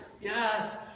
Yes